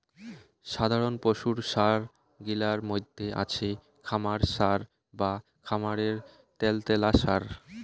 সাধারণ পশুর সার গিলার মইধ্যে আছে খামার সার বা খামারের ত্যালত্যালা সার